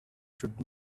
should